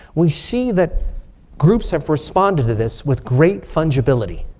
we see that groups have responded to this with great fungibility.